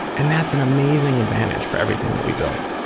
and that's an amazing advantage for everything that we built.